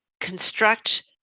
construct